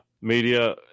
media